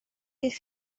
eich